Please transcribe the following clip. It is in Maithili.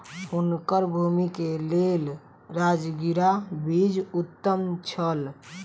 हुनकर भूमि के लेल राजगिरा बीज उत्तम छल